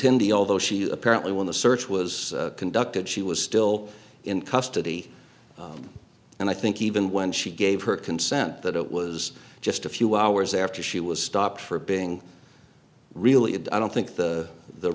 hindi although she apparently when the search was conducted she was still in custody and i think even when she gave her consent that it was just a few hours after she was stopped for being really i don't think the the